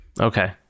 Okay